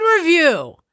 review